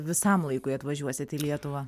visam laikui atvažiuosit į lietuvą